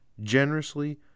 generously